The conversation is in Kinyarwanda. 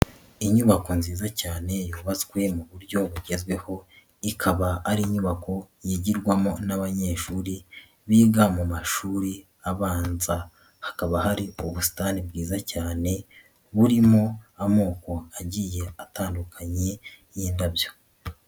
Inyubako nziza cyane yubatswe mu buryo bugezweho, ikaba ari inyubako yigirwamo n'abanyeshuri biga mu mashuri abanza, hakaba hari ubusitani bwiza cyane burimo amoko agiye atandukanye y'indabyo.